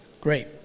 Great